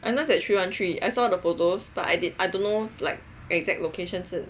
I know is at three one three I saw the photos but I did I don't know like exact location 是 three one three